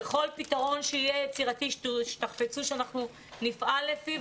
בכל פתרון יצירתי שיהיה שתחפצו שאנחנו נפעל לפיו.